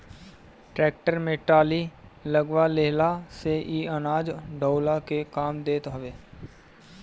tractor में trolley लगवा लेहला से इ अनाज ढोअला के काम देत हवे